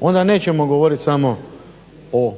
Onda nećemo govorit samo o